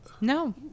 No